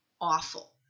awful